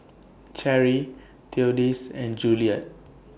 Sherry Theodis and Juliet